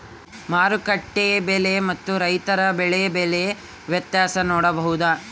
ಮಾರುಕಟ್ಟೆ ಬೆಲೆ ಮತ್ತು ರೈತರ ಬೆಳೆ ಬೆಲೆ ವ್ಯತ್ಯಾಸ ನೋಡಬಹುದಾ?